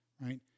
right